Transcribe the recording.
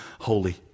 holy